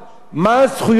ומי נקרא יליד.